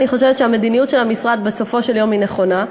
אני חושבת שהמדיניות של המשרד בסופו של יום היא נכונה.